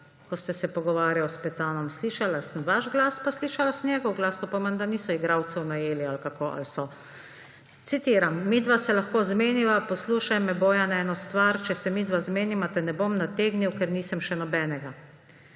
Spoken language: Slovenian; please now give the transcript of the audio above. ko ste se pogovarjali s Petanom. Slišala sem vaš glas in slišala sem njegov glas. To pomeni, da niso igralcev najeli ‒ ali kako? Ali so? Citiram: »Midva se lahko zmeniva. Poslušaj me, Bojan, eno stvar. Če se midva zmeniva, te ne bom nategnil, ker nisem še nobenega.«